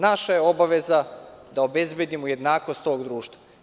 Naša je obaveza da obezbedimo jednakost ovog društva.